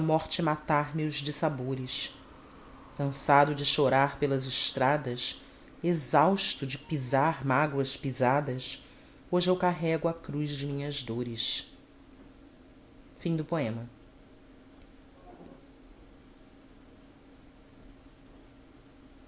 morte matar meus dissabores cansado de chorar pelas estradas exausto de pisar mágoas pisadas hoje eu carrego a cruz de minhas dores folga a